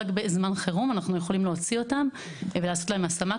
רק בזמן חירום אנחנו יכולים להוציא אותן ולעשות להן השמה,